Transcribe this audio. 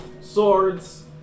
swords